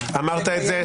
אמרת את זה.